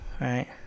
right